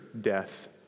death